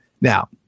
Now